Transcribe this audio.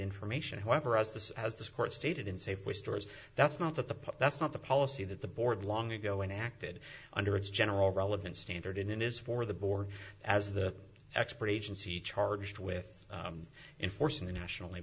information however as this as this court stated in safeway stores that's not that the that's not the policy that the board long ago and acted under its general relevant standard and it is for the board as the expert agency charged with enforcing the national